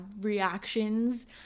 reactions